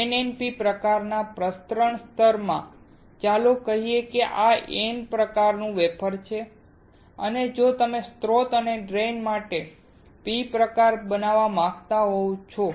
NNP પ્રકારના પ્રસરણ માં ચાલો કહીએ કે આ N પ્રકારનું વેફર છે અને તમે સ્રોત અને ડ્રેઇન માટે P પ્રકાર બનાવવા માંગો છો